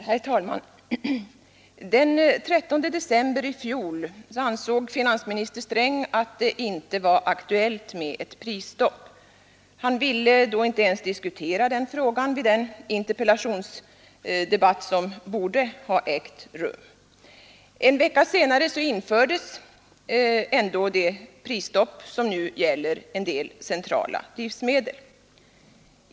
Herr talman! Den 13 december i fjol ansåg finansminister Sträng att det inte var aktuellt med ett prisstopp. Han ville då inte ens diskutera frågan i den interpellationsdebatt, som borde ha ägt rum. En vecka senare infördes ändå det prisstopp, som nu gäller en del centrala livsmedel.